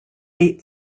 eight